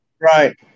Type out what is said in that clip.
right